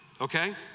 okay